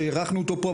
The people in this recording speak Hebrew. שאירחנו אותו פה,